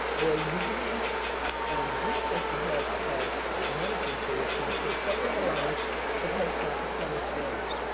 they are using the help and de-safety head start monetary tool to ensure program alliance with head start performance standards.